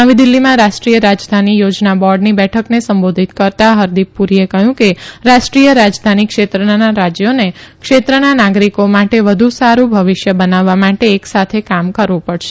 નવી દિલ્હીમાં રાષ્ટ્રીય રાજધાની યોજના બોર્ડની બેઠકને સંબોધિત કરતાં હરદીપ પુરીએ કહ્યું કે રાષ્ટ્રીય રાજધાની ક્ષેત્રના રાજયોને ક્ષેત્રના નાગરીકો માટે વધુ સારૂ ભવિષ્ય બનાવવા માટે એક સાથે કામ કરવું પડશે